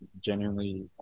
genuinely